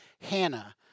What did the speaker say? Hannah